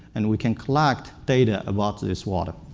and we can collect, data about this water.